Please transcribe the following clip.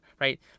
right